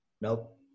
Nope